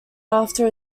after